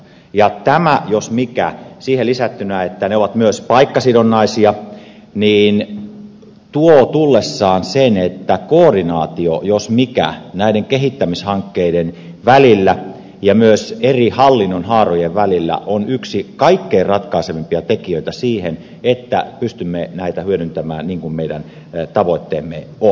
ja tämä jos mikä siihen lisättynä että ne ovat myös paikkasidonnaisia tuo tullessaan sen että koordinaatio jos mikä näiden kehittämishankkeiden välillä ja myös eri hallinnon haarojen välillä on yksi kaikkein ratkaisevimpia tekijöitä siihen että pystymme näitä hyödyntämään niin kuin meidän tavoitteemme on